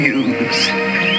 use